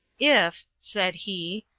if, said he,